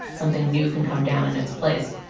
something new can come down in its place.